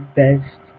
best